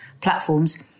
platforms